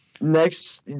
Next